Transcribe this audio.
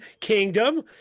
kingdom